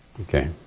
Okay